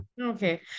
Okay